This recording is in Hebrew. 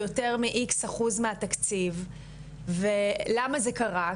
יותר מאיקס אחוז מהתקציב ולמה זה קרה?